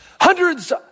hundreds